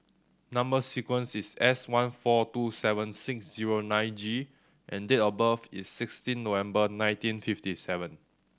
number sequence is S one four two seven six zero nine G and date of birth is sixteen November nineteen fifty seven